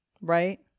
Right